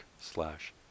slash